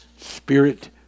spirit